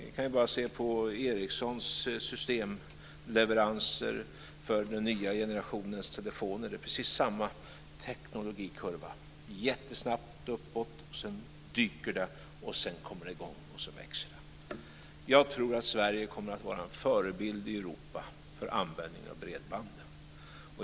Vi kan se på Ericssons systemleveranser för den nya generationens telefoner. Där är det precis samma teknologikurva. Det går jättesnabbt uppåt, sedan dyker det, sedan kommer det i gång och växer. Jag tror att Sverige kommer att vara en förebild i Europa för användningen av bredband.